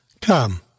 Come